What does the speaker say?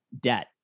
debt